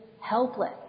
helpless